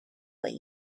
what